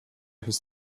his